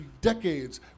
decades